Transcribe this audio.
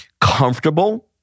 comfortable